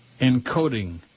encoding